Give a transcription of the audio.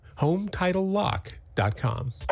Hometitlelock.com